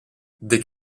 des